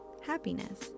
happiness